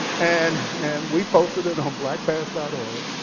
and and we posted it on blackpast org.